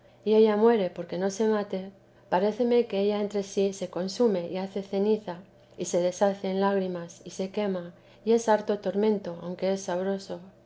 y ella muere porque no se mate paréceme que ella entre sí se consume y hace ceniza y se deshace en lágrimas y se quema y es harto tormento aunque es sabroso